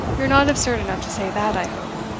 you're not absurd enough to say that, i hope?